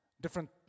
different